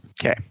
Okay